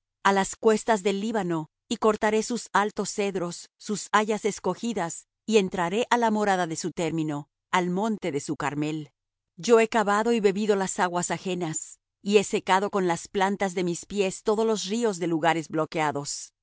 á las cuestas del líbano y cortaré sus altos cedros sus hayas escogidas y entraré á la morada de su término al monte de su carmel yo he cavado y bebido las aguas ajenas y he secado con las plantas de mis pies todos los ríos de lugares bloqueados